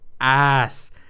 ass